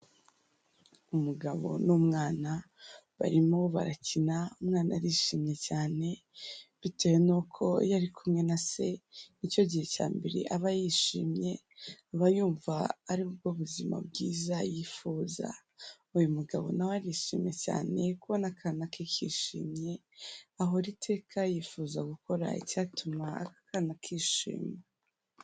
Umugabo n'umwana barimo barakina umwana arishimye cyane bitewe nuko iyo ari kumwe na se nicyo gihe cya mbere aba yishimye, aba yumva aribwo buzima bwiza yifuza, uyu mugabo nawe arishimye cyane kubona akana ke kishimye, ahora iteka yifuza gukora icyatuma aka kana kishima.